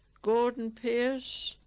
gordon pierce,